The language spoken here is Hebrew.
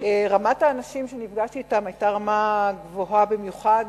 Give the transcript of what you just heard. רמת האנשים שנפגשתי אתם היתה רמה גבוהה במיוחד.